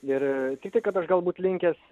ir tik tiek kad aš galbūt linkęs